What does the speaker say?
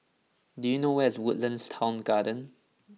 do you know where is Woodlands Town Garden